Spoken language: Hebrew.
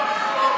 בוז.